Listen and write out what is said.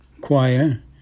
choir